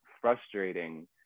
frustrating